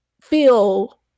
feel